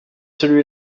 celui